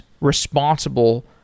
responsible